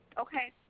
Okay